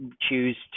choose